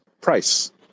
price